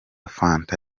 fanta